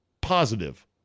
positive